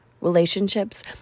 relationships